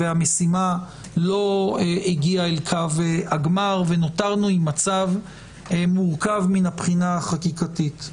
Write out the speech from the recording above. המשימה לא הגיעה אל קו הגמר ונותרנו עם מצב מורכב מהבחינה החקיקתית.